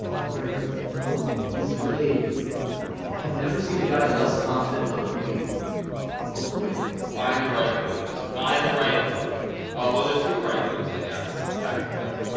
i'm very conflicted oh man he's really i have never seen a guy less confident up a queen oh boy find the right move just find the right move although they're two right moves i guess technically